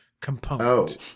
component